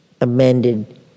amended